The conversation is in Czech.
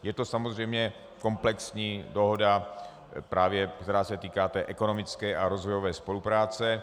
Je to samozřejmě komplexní dohoda, která se právě týká ekonomické a rozvojové spolupráce.